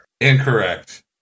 Incorrect